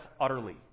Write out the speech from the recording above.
utterly